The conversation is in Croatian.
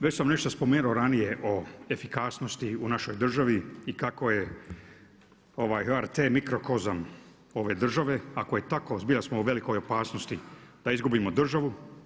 Već sam nešto spomenuo ranije o efikasnosti u našoj državi i kako je HRT mikro… ove države, ako je tako zbilja smo u velikoj opasnosti da izgubimo državu.